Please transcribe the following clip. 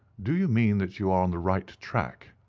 do you mean that you are on the right track?